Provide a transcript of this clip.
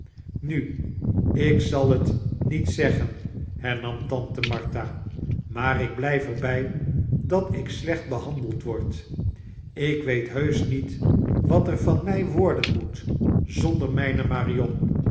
nu ik zal t nieit zeggen hernam tante martha maair ik blijf er bij dat ik slecht behandeld word ik weet heusch niet wat er van mij worden moet zonder mijne marion